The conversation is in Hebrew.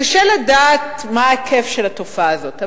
קשה לדעת מה ההיקף של התופעה הזאת,